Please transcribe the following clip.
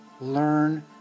learn